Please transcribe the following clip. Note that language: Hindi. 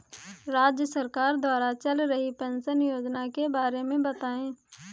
राज्य सरकार द्वारा चल रही पेंशन योजना के बारे में बताएँ?